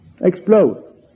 explode